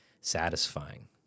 satisfying